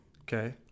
Okay